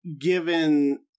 given